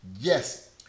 Yes